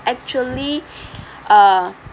actually uh